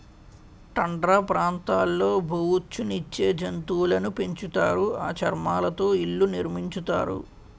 tundra ప్రాంతాల్లో బొఉచ్చు నిచ్చే జంతువులును పెంచుతారు ఆ చర్మాలతో ఇళ్లు నిర్మించుతారు